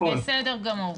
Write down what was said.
בסדר גמור.